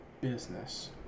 business